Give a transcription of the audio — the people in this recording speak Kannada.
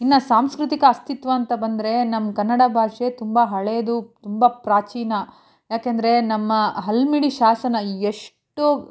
ಇನ್ನೂ ಸಾಂಸ್ಕೃತಿಕ ಅಸ್ತಿತ್ವ ಅಂತ ಬಂದರೆ ನಮ್ಮ ಕನ್ನಡ ಭಾಷೆ ತುಂಬ ಹಳೇದು ತುಂಬ ಪ್ರಾಚೀನ ಯಾಕೆಂದರೆ ನಮ್ಮ ಹಲ್ಮಿಡಿ ಶಾಸನ ಎಷ್ಟೋ